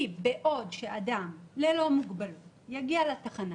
כי בעוד שאדם ללא מוגבלות יגיע לתחנה